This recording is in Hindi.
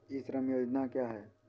ई श्रम योजना क्या है?